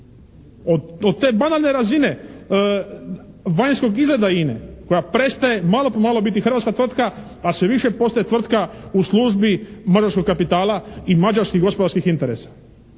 Od te banalne razine vanjskog izgleda INA-e koja prestaje malo po malo biti hrvatska tvrtka a sve više postaje tvrtka u službi mađarskog kapitala i mađarskih gospodarskih interesa